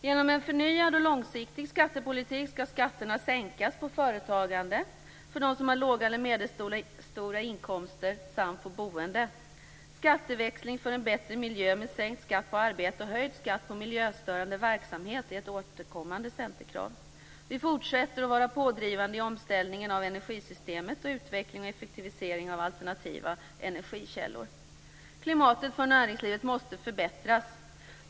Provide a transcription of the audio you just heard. Genom en förnyad och långsiktig skattepolitik skall skatterna sänkas på företagande, för dem som har låga eller medelstora inkomster samt på boendet. Skatteväxling för en bättre miljö med sänkt skatt på arbete och höjd skatt på miljöstörande verksamhet är ett återkommande centerkrav. Vi fortsätter att vara pådrivande i fråga om omställningen av energisystemet och utvecklingen och effektiviseringen av alternativa energikällor. Klimatet för näringslivet måste förbättras.